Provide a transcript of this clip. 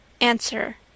answer